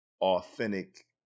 authentic